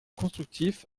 constructif